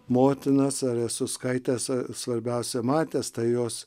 motinas ar esu skaitęs svarbiausia matęs tai jos